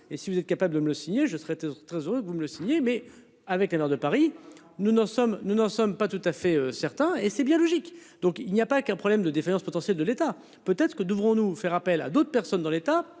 et si vous êtes capable de m'le signer, je serai très heureux que vous me le signer, mais avec un heure de Paris. Nous n'en sommes, nous n'en sommes pas tout à fait certain et c'est bien logique, donc il n'y a pas qu'un problème de défaillance potentielle de l'État. Peut être que devront nous faire appel à d'autres personnes dans l'État